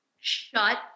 Shut